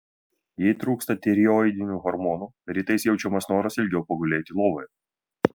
jei trūksta tireoidinių hormonų rytais jaučiamas noras ilgiau pagulėti lovoje